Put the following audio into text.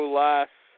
last